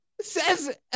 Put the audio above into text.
Says